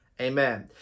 Amen